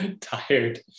tired